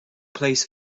place